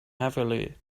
heavily